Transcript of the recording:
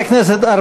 התשע"ג 2013,